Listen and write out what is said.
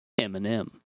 Eminem